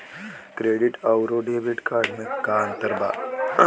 Credit अउरो debit card मे का अन्तर बा?